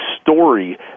story